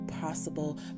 possible